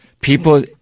People